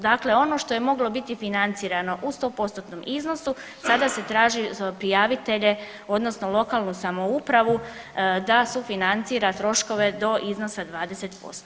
Dakle, ono što je moglo biti financirano u 100%-tnom iznosu sada se traži za prijavitelje odnosno lokalnu samoupravu da sufinancira troškove do iznosa 20%